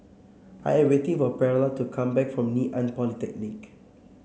I am waiting for Perla to come back from Ngee Ann Polytechnic